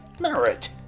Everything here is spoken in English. Merit